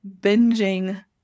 binging